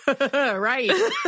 Right